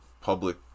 public